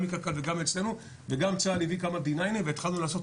גם מקק"ל וגם מאצלנו וגם צה"ל הביא כמה די.9 והתחלנו לעשות